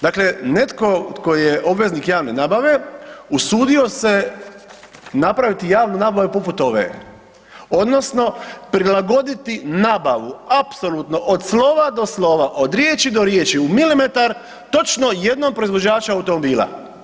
Dakle netko tko je obveznik javne nabave usudio se napraviti javnu nabavu poput ove, odnosno prilagoditi nabavu apsolutno od slova do slova, od riječi do riječi u milimetar točno jednom proizvođaču automobila.